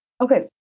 Okay